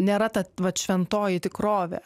nėra ta vat šventoji tikrovė